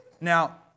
Now